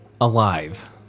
alive